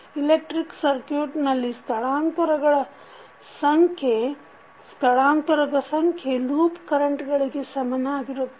electric ಸಕ್ರ್ಯುಟ್ನಲ್ಲಿ ಸ್ಥಳಾಂತರದ ಸಂಖ್ಯೆ ಲೂಪ್ ಕರೆಂಟ್ಗಳಿಗೆ ಸಮನಾಗಿರುತ್ತವೆ